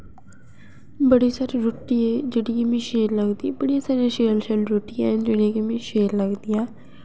बड़ी सारी रुट्टी ऐ जेह्ड़ी मिं शैल लगदी बड़ियां सारियां शैल शैल रुट्टियां न जेह्ड़ियां कि मिं शैल लगदियां